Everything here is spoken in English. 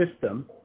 system